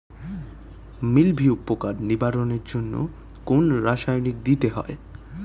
মিলভিউ পোকার নিবারণের জন্য কোন রাসায়নিক দিতে হয়?